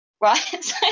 Right